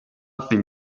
think